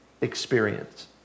experience